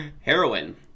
Heroin